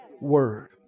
word